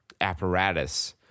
apparatus